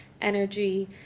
energy